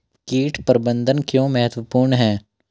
कीट प्रबंधन क्यों महत्वपूर्ण है?